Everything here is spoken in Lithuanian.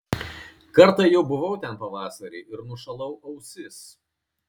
kartą jau buvau ten pavasarį ir nušalau ausis